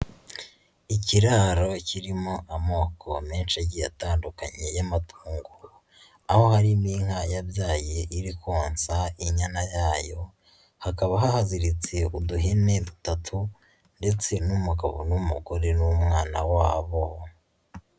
Ikiraro kirimo amoko menshi agiye atandukanye y'amatungo, aho harimo inka yabyaye iri konsa inyana yayo, hakaba haziritse uduhene dutatu ndetse n'umugabo n'umugore n'umwana wabo.